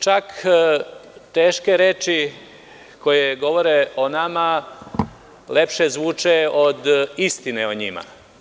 Čak teške reči koje govore o nama lepše zvuče od istine o njima.